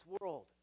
world